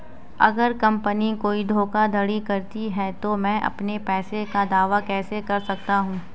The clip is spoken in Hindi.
अगर कंपनी कोई धोखाधड़ी करती है तो मैं अपने पैसे का दावा कैसे कर सकता हूं?